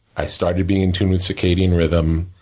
i started being in tune with circadian rhythm,